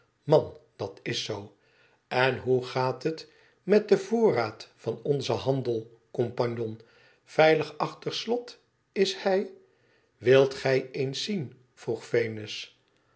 man dat is zoo en hoe gaat het met den voorraad van onzen handel compagnon veilig achter slot is hij wilt gij eens zien vroeg venus